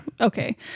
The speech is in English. Okay